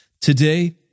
Today